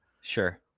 sure